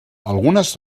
algunes